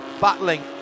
battling